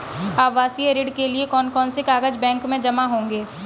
आवासीय ऋण के लिए कौन कौन से कागज बैंक में जमा होंगे?